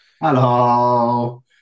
Hello